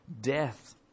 death